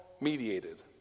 mediated